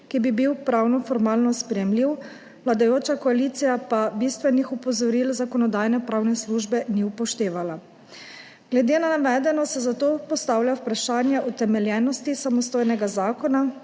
ki bi bil pravno-formalno sprejemljiv, vladajoča koalicija pa bistvenih opozoril Zakonodajno-pravne službe ni upoštevala. Glede na navedeno se zato postavlja vprašanje utemeljenosti samostojnega zakona,